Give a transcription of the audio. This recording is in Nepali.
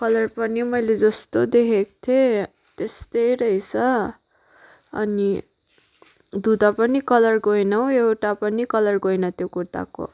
कलर पनि मैले जस्तो देखेको थिएँ त्यस्तै रहेछ अनि धुँदा पनि कलर गएन हौ एउटा पनि कलर गएन त्यो कुर्ताको